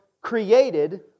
created